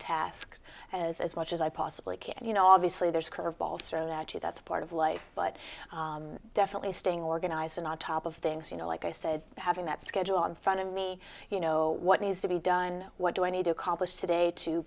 task as as much as i possibly can and you know obviously there's curveballs thrown at you that's part of life but definitely staying organized and on top of things you know like i said having that schedule in front of me you know what needs to be done what do i need to accomplish today to